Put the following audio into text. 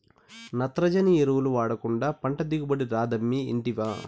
నత్రజని ఎరువులు వాడకుండా పంట దిగుబడి రాదమ్మీ ఇంటివా